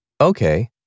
Okay